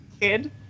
kid